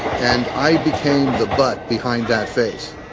and i became the butt behind that face